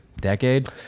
decade